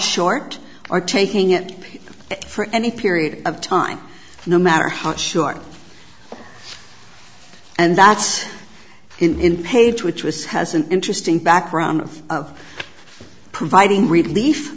short or taking it for any period of time no matter how short and that's in page which was has an interesting background of providing relief